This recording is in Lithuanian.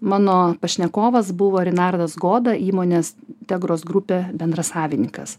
mano pašnekovas buvo rinardas goda įmonės tegros grupė bendrasavininkas